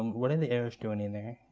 what are the errors doing in there?